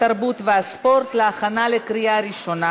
התרבות והספורט להכנה לקריאה ראשונה.